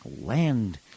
land